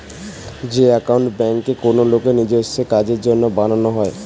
যে একাউন্ট বেঙ্কে কোনো লোকের নিজেস্য কাজের জন্য বানানো হয়